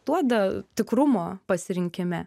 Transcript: duoda tikrumo pasirinkime